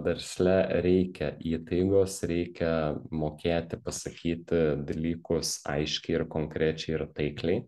versle reikia įtaigos reikia mokėti pasakyti dalykus aiškiai ir konkrečiai ir taikliai